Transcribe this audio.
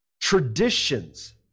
traditions